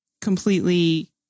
completely